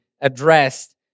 addressed